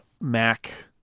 Mac